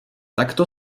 takto